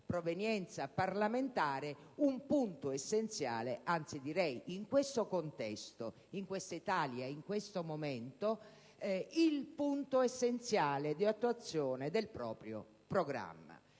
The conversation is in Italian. provenienza parlamentare, un punto essenziale e, anzi direi, in questo contesto, in questa Italia e in questo momento, il punto essenziale di attuazione del proprio programma.